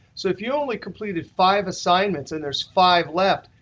so if you only completed five assignments and there's five left,